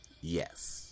Yes